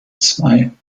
zwei